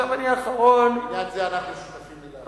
אני האחרון, בעניין זה אנחנו שותפים לדעתך.